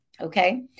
Okay